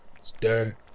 stir